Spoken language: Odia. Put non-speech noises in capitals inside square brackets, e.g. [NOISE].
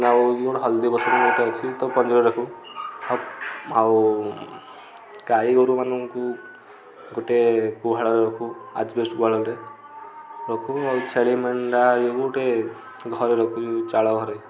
ଆଉ [UNINTELLIGIBLE] ଗୋଟେ ହଳଦୀବସନ୍ତ ଗୋଟେ ଅଛି ତ ପଞ୍ଜୁରୀରେ ରଖୁ ଆଉ ଆଉ ଗାଈଗୋରୁମାନଙ୍କୁ ଗୋଟେ ଗୁହାଳକୁ ଆଜବେଷ୍ଟ ଗୁହାଳରେ ରଖୁ ଆଉ ଛେଳି ମେଣ୍ଢା ୟେ କୁ ଗୋଟେ ଘରେ ରଖୁ ଚାଳ ଘରେ